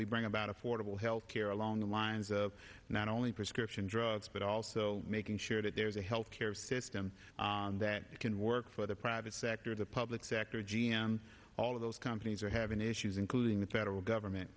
we bring about affordable health care along the lines of not only prescription drugs but also making sure that there's a health care system that can work for the private sector the public sector g m all of those companies are having issues including the federal government